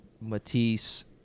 Matisse